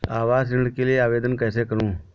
आवास ऋण के लिए आवेदन कैसे करुँ?